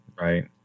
Right